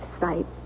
sight